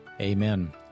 Amen